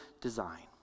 design